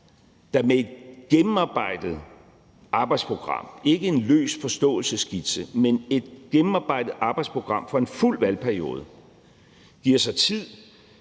der med et gennemarbejdet arbejdsprogram, ikke en løs forståelsesskitse, for en fuld valgperiode giver sig tid,